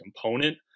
component